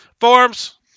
Forms